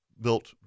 built